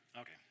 Okay